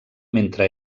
mentre